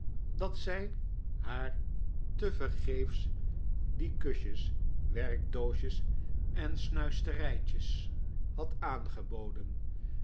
dat zij haar tevergeefs die kusjes werkdoosjes en snuisterijtjes had aangeboden